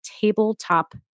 Tabletop